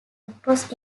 across